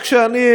רק שאני,